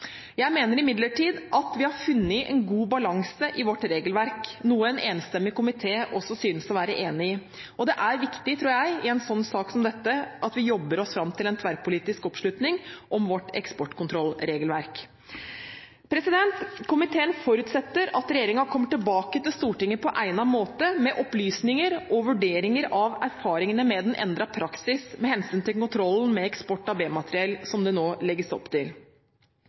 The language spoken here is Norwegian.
Jeg mener imidlertid at vi har funnet en god balanse i vårt regelverk, noe en enstemmig komité også synes å være enig i. Det er viktig, tror jeg, i en sak som dette, at vi jobber oss fram til en tverrpolitisk oppslutning om vårt eksportkontrollregelverk. Komiteen forutsetter at regjeringen kommer tilbake til Stortinget på egnet måte med opplysninger og vurderinger av erfaringene med den endrede praksis med hensyn til kontrollen med eksport av B-materiell som det nå legges opp til.